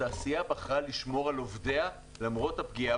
התעשייה בחרה לשמור על עובדיה למרות הפגיעה